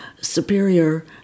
superior